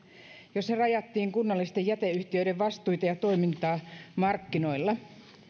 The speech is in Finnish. jossa rajattiin kunnallisten jäteyhtiöiden vastuita ja toimintaa markkinoilla